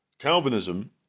Calvinism